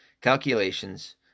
Calculations